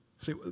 See